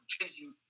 continue